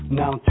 now